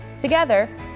Together